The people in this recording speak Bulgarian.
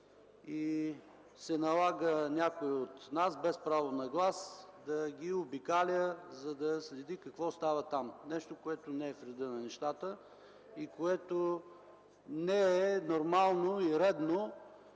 Налага се някой от нас без право на глас да ги обикаля, да следи какво става там – нещо, което не е в реда на нещата и което не е нормално и редно